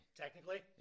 Technically